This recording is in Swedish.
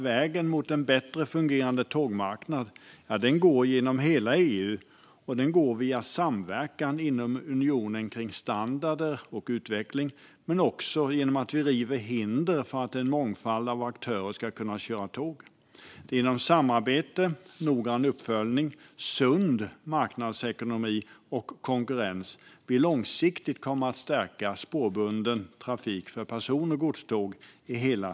Vägen mot en bättre fungerande tågmarknad, fru talman, går genom hela EU, och den går via samverkan inom unionen kring standarder och utveckling men också genom att vi river hinder för att en mångfald av aktörer ska kunna köra tåg. Det är genom samarbete, noggrann uppföljning, sund marknadsekonomi och konkurrens vi långsiktigt kommer att stärka spårbunden trafik för person och godståg i hela EU.